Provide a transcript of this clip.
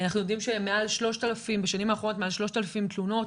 אנחנו יודעים שבשנים האחרונות מעל 3,000 תלונות